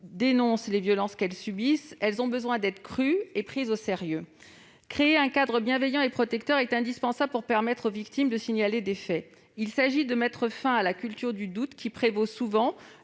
dénoncent les violences qu'elles subissent, elles ont besoin d'être crues et prises au sérieux. Créer un cadre bienveillant et protecteur est indispensable pour permettre aux victimes de signaler les faits. Il s'agit de mettre fin à la culture du doute, qui prévaut souvent,